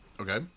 Okay